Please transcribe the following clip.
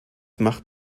macht